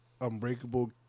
Unbreakable